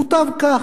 מוטב כך.